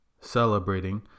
celebrating